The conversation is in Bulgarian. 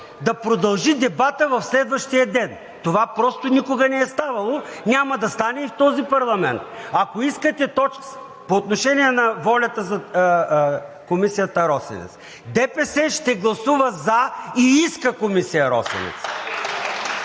да продължи дебатът в следващия ден. Това просто никога не е ставало, няма да стане и в този парламент. По отношение на волята за Комисията „Росенец“ ДПС ще гласува за и иска Комисия „Росенец“.